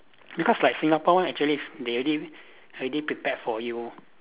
because like Singapore one actually is they already already prepared for you